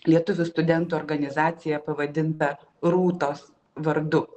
lietuvių studentų organizaciją pavadintą rūtos vardu